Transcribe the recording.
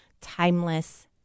timeless